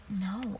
No